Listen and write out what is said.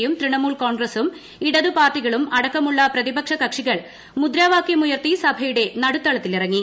യും തൃണമുൽ കോൺഗ്രസും ഇടതുപാർട്ടികളും അടക്കമുള്ള പ്രതിപക്ഷ കക്ഷികൾ മുദ്രാവാക്യമുയർത്തി സഭയുടെ നടുത്തളത്തിലിറങ്ങി